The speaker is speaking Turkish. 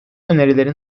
önerilerin